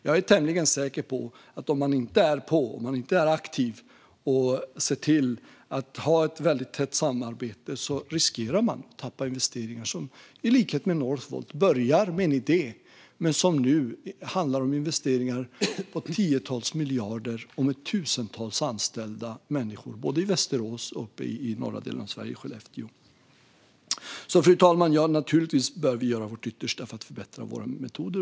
Jag är tämligen säker på att om man inte är på, om man inte är aktiv och ser till att ha ett väldigt tätt samarbete, då riskerar man att tappa investeringar som i likhet med Northvolt börjar med en idé men nu handlar om investeringar på tiotals miljarder och tusentals anställda människor både i Västerås och i norra delen av Sverige, i Skellefteå. Fru talman! Naturligtvis bör vi göra vårt yttersta för att förbättra våra metoder.